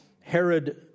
Herod